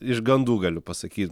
iš gandų galiu pasakyt